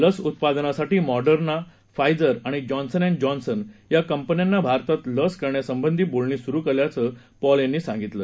लस उत्पादनासाठी Moderna Pfizer आणि जॉन्सन ाॅंड जॉन्सन या कंपन्यांना भारतात लस करण्यासंबंधी बोलणी सुरू सल्याचं पॉल यांनी सांगितलं